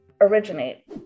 originate